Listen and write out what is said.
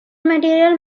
material